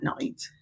night